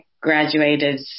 graduated